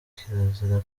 kirazira